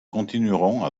continuerons